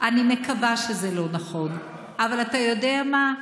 אני מקווה שזה לא נכון, אבל אתה יודע מה?